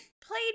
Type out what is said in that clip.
played